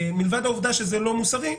מלבד העובדה שזה לא מוסרי,